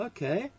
Okay